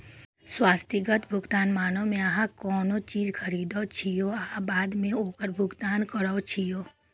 स्थगित भुगतान मानक मे अहां कोनो चीज खरीदै छियै आ बाद मे ओकर भुगतान करै छियै